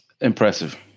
Impressive